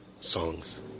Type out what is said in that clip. songs